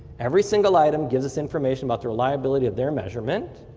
every single item gives us information about the reliability of their measurement.